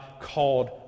called